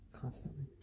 constantly